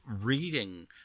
reading